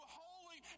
holy